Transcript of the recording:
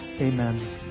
amen